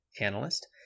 analyst